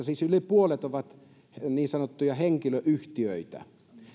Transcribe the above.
siis yli puolet on niin sanottuja henkilöyhtiöitä